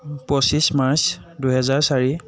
পঁচিছ মাৰ্চ দুহেজাৰ চাৰি